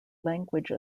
language